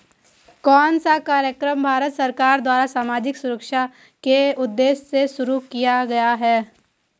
कौन सा कार्यक्रम भारत सरकार द्वारा सामाजिक सुरक्षा के उद्देश्य से शुरू किया गया है?